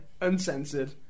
Uncensored